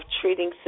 treating